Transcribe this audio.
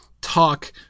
talk